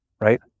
right